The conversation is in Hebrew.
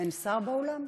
אין שר באולם?